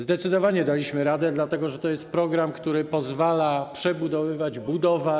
Zdecydowanie daliśmy radę, dlatego że to jest program, który pozwala przebudowywać, budować.